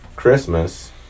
Christmas